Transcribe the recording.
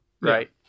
right